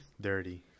Dirty